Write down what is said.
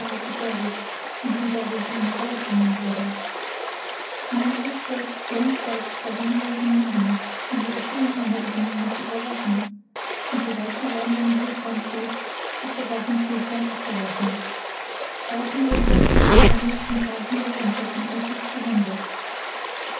gefährdet und sie dadurch in gefahr bringen würde mein schiff bleibt längsseite bei dem ihrigen liegen um die erfüllung meiner bedingungen zu überwachen und sobald die sonne am horizont steht ist der waffenstillstand abgelaufen reichen wir uns als ehrenmänner zum zeichen des einverständnisses die hände